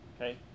Okay